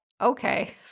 Okay